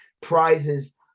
prizes